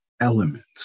elements